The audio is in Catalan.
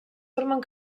formen